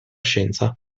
scienza